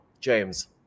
James